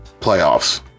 playoffs